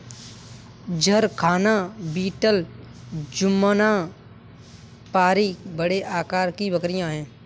जरखाना बीटल जमुनापारी बड़े आकार की बकरियाँ हैं